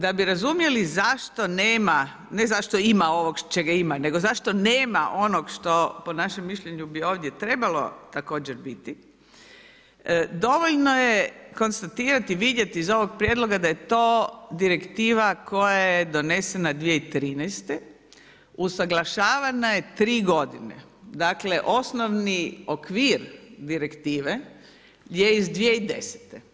Da bi razumjeli zašto nema, ne zašto ima ovog čega ima, nego zašto nema onog što po našem mišljenju bi ovdje trebalo biti, dovoljno je konstatirati, vidjeti iz ovog prijedloga, da je to direktiva koja je donesena 2013. usuglašavana je 3 g. Dakle, osnovni okvir direktive je iz 2010.